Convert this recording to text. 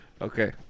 Okay